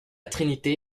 trinité